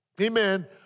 amen